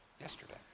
Yesterday